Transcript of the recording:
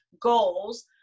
goals